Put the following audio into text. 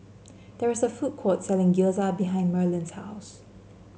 there is a food court selling Gyoza behind Merlin's house